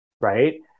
right